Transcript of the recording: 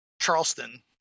Charleston